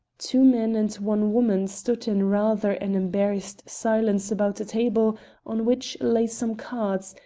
two men and one woman stood in rather an embarrassed silence about a table on which lay some cards,